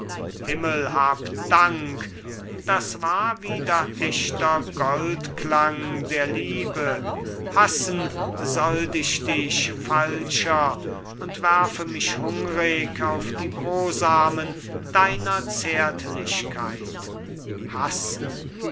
himmel habe dank das war wieder echter goldklang der liebe hassen sollt ich dich falscher und werfe mich hungrig auf die brosamen deiner zärtlichkeit hassen